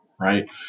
right